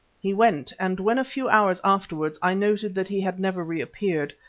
he went and when a few hours afterwards i noted that he had never reappeared,